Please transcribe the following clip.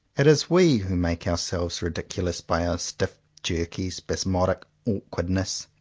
it is we who make ourselves ridiculous by our stiff, jerky, spasmodic awkwardness.